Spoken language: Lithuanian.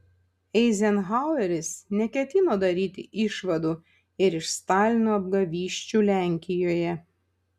eizenhaueris neketino daryti išvadų ir iš stalino apgavysčių lenkijoje